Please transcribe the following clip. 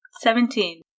Seventeen